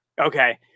okay